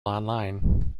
online